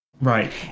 Right